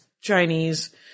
Chinese